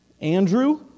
Andrew